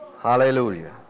Hallelujah